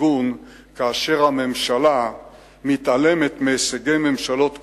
פרגון כאשר הממשלה מתעלמת מהישגי ממשלות קודמות,